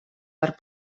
per